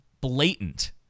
blatant